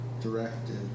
directed